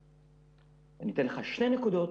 אתן לך שתי נקודות,